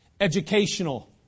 educational